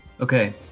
Okay